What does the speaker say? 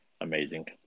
Amazing